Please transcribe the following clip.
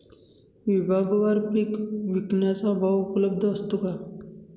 विभागवार पीक विकण्याचा भाव उपलब्ध असतो का?